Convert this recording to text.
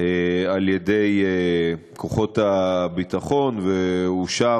בידי כוחות הביטחון ואושר,